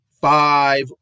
five